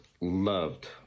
loved